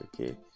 okay